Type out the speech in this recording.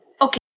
Okay